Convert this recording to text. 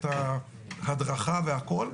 את ההדרכה והכול,